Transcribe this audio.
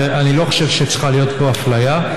ואני לא חושב שצריכה להית פה אפליה.